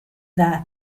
that